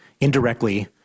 indirectly